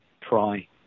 try